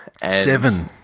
Seven